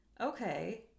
okay